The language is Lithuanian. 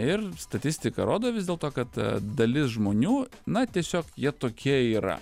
ir statistika rodo vis dėl to kad dalis žmonių na tiesiog jie tokie yra